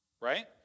right